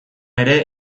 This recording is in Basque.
ere